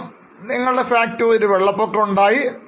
ഇപ്പോൾ നിങ്ങളുടെ ഫാക്ടറിയിൽ ഒരു വെള്ളപ്പൊക്കം ഉണ്ടായെന്ന് കരുതാം